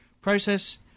process